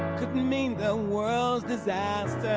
could mean the world's disaster